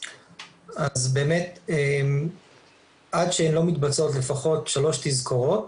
אז באמת עד שלא מתבצעות לפחות שלוש תזכורות,